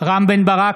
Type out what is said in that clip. רם בן ברק,